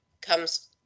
comes